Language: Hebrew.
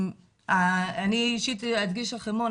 אני אישית אדגיש את חרמון,